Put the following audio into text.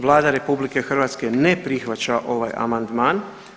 Vlada RH ne prihvaća ovaj amandman.